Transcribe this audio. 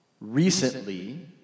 recently